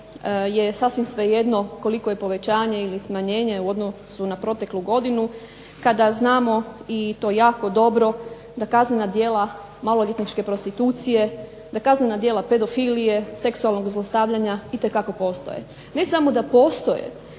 je sasvim svejedno koliko je povećanje ili smanjenje u odnosu na proteklu godinu kada znamo i to jako dobro da kaznena djela maloljetničke prostitucije, da kaznena djela pedofilije, seksualnog zlostavljanja itekako postoje. Ne samo da postoje